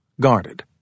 guarded